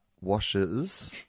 washes